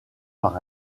par